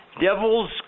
Devil's